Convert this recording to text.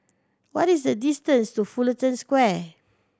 what is the distance to Fullerton Square